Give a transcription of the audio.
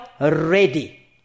ready